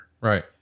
Right